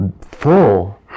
full